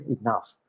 enough